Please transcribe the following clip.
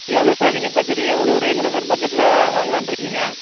எவ்வளோ சார் நீங்கள் பட்ஜெட் எவ்வளோ ரேஞ்சில் சார் பட்ஜெட்டில் வாங்கலாம்னு இருக்கீங்க